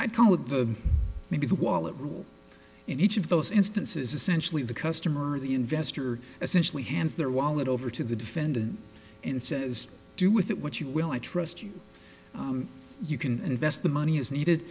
i call it the maybe the wallet rule in each of those instances essentially the customer the investor essentially hands their wallet over to the defendant and says do with it what you will i trust you you can invest the money